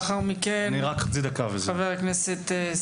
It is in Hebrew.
בבקשה.